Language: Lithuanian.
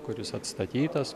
kuris atstatytas